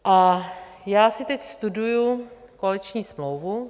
A já si teď studuji koaliční smlouvu.